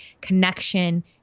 connection